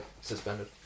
suspended